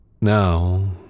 Now